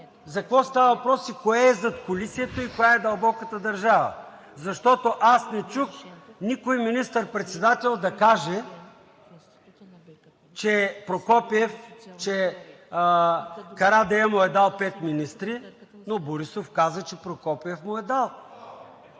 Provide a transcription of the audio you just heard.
какво става въпрос – кое е задкулисието и коя е дълбоката държава? Защото аз не чух никой министър-председател да каже, че Карадайъ му е дал пет министри, но Борисов каза, че Прокопиев му е дал!?